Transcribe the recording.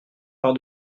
part